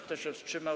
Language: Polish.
Kto się wstrzymał?